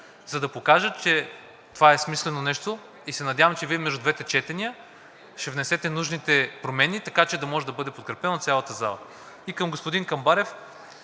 за да покажа, че това е смислено нещо и се надявам, че Вие между двете четения ще внесете нужните промени, така че да може да бъде подкрепен от цялата зала. И към господин Камбарев.